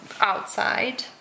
outside